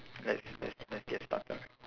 let's let's let's get started